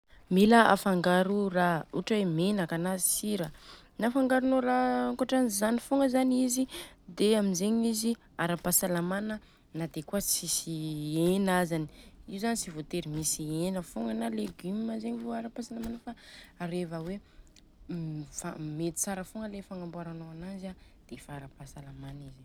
Mila afangaro raha, ohatra hoe menaka na sira na afangaronô raha ankoatran'izany fogna zany izy dia amzegny izy ara-pahasalamana na dia kôa tsisy hena aza, io zany tsy vôtery misy hena fogna na légume zegny vô ara-pahasalamana fa reva hoe mety tsara fogna le fagnambôranô ananjy an defa ara-pahasalamana.